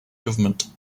government